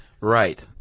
Right